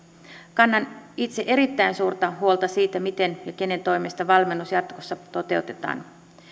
kannan itse erittäin suurta huolta siitä miten ja kenen toimesta valmennus jatkossa toteutetaan